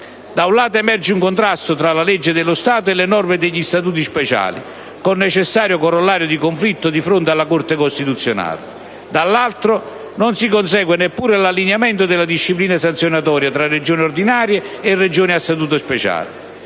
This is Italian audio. Da un lato, emerge un contrasto tra la legge dello Stato e le norme degli Statuti speciali, con necessario corollario di conflitto suscettibile di essere portato di fronte alla Corte costituzionale; dall'altro, non si consegue neppure l'allineamento della disciplina sanzionatoria fra Regioni ordinarie e Regioni a statuto speciale.